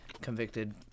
convicted